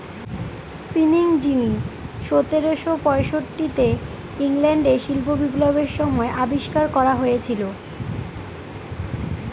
spinning jenny সতেরোশো পয়ষট্টিতে ইংল্যান্ডে শিল্প বিপ্লবের সময় আবিষ্কার করা হয়েছিল